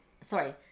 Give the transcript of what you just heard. sorry